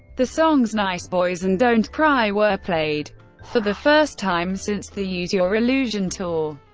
the songs nice boys and don't cry were played for the first time since the use your illusion tour.